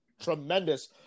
Tremendous